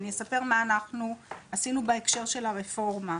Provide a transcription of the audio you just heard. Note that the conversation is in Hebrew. אני אספר מה אנחנו עשינו בהקשר של הרפורמה.